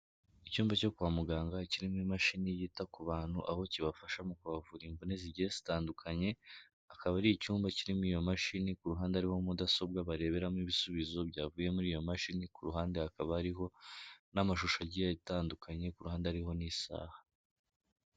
Icyumba cyo kwa muganga kirimo imashini yita ku bantu, aho kibafasha mu kubavura imvune zigiye zitandukanye, akaba ari icyumba kirimo iyo mashini, ku ruhande hariho mudasobwa bareberamo ibisubizo byavuye muri iyo mashini, ku ruhande hakaba hariho n'amashusho agiye atandukanye, ku ruhande hariho n'isaha.